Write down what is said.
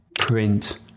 print